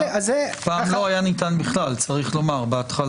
פעם לא היה ניתן בכלל, בהתחלה.